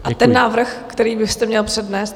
A ten návrh, který byste měl přednést?